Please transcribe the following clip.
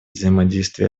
взаимодействие